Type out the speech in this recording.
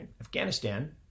Afghanistan